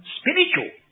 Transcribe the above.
spiritual